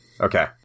Okay